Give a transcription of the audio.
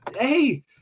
hey